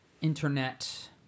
internet